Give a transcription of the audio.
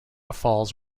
falls